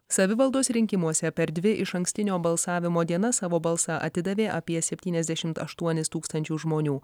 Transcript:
savivaldos rinkimuose per dvi išankstinio balsavimo dienas savo balsą atidavė apie septyniasdešimt aštuonis tūkstančius žmonių